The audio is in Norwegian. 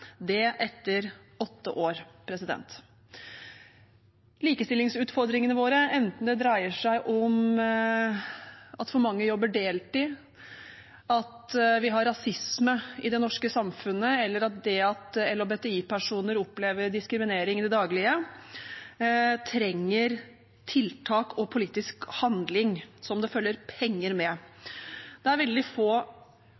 det etter åtte år. Likestillingsutfordringene våre, enten det dreier seg om at for mange jobber deltid, at vi har rasisme i det norske samfunnet, eller at LHBTI-personer opplever diskriminering i det daglige, trenger tiltak og politisk handling som det følger penger med.